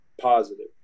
positive